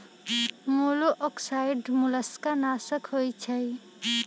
मोलॉक्साइड्स मोलस्का नाशक होइ छइ